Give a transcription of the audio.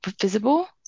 visible